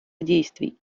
действий